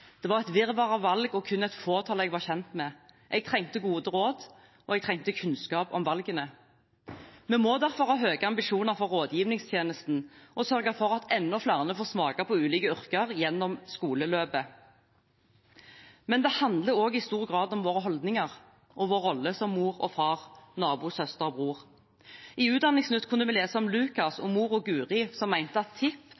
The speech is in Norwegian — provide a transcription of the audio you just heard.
Det var et virvar av valg og kun et fåtall jeg var kjent med. Jeg trengte gode råd, og jeg trengte kunnskap om valgene. Vi må derfor ha høye ambisjoner for rådgivningstjenesten og sørge for at enda flere får smake på ulike yrker gjennom skoleløpet. Men det handler også i stor grad om holdningene våre – og vår rolle som mor og far, nabo, søster og bror. I Utdanningsnytt kunne vi lese om Lukas